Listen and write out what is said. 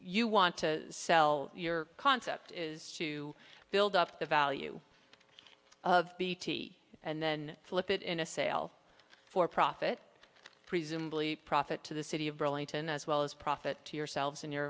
you want to sell your concept is to build up the value of bt and then flip it in a sale for profit presumably profit to the city of burlington as well as profit to yourselves and your